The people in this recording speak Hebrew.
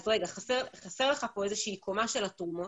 חסרה לך פה איזושהי קומה של התרומות.